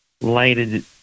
lighted